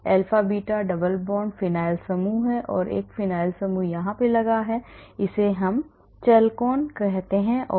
alpha beta double bond phenyl समूह है एक और फिनाइल समूह है यहां इसे चेलोन कहा जाता है